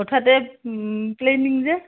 হঠাতে প্লেইনিং যে